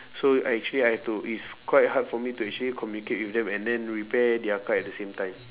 so I actually I have to is quite hard for me to actually communicate with them and then repair their car at the same time